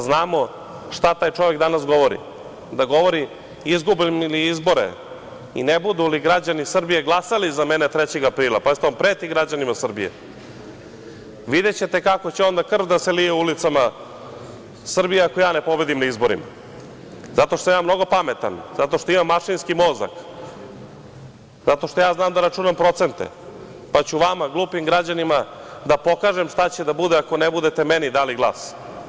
Znamo šta taj čovek danas govori, da govori – izgubim li izbore i ne budu li građani Srbije glasali za mene 3. aprila, pazite, on preti građanima Srbije, videćete kako će onda krv da se lije ulicama Srbije ako ja ne pobedim na izborima, zato što sam ja mnogo pametan, zato što imam mašinski mozak, zato što ja znam da računam procente, pa ću vama, glupim građanima, da pokažem šta će da bude ako ne budete meni dali glas.